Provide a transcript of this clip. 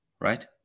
right